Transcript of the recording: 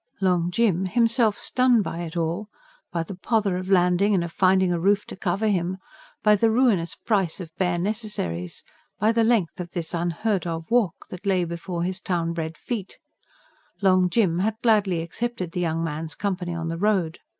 long jim, himself stunned by it all by the pother of landing and of finding a roof to cover him by the ruinous price of bare necessaries by the length of this unheard-of walk that lay before his town-bred feet long jim had gladly accepted the young man's company on the road.